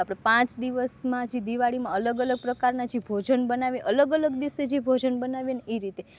આપણે પાંચ દિવસમાં હજી દિવાળીમાં અલગ અલગ પ્રકારના જે ભોજન બનાવીએ અલગ અલગ દિવસે જે ભોજન બનાવીએ ને એ રીતે